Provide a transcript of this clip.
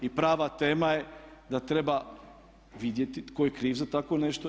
I prava tema je da treba vidjeti tko je kriv za takvo nešto.